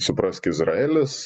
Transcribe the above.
suprask izraelis